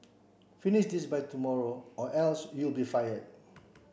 finish this by tomorrow or else you'll be fired